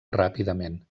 ràpidament